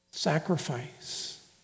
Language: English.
Sacrifice